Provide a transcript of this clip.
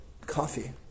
coffee